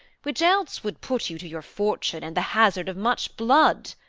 which else would put you to your fortune and the hazard of much blood.